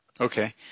Okay